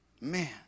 Man